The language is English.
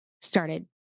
started